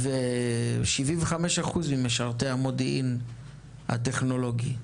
הם 75% ממשרתי המודיעין הטכנולוגי.